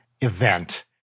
event